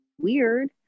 weird